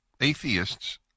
atheists